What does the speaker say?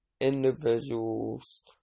individuals